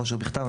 מראש ובכתב,